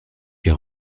est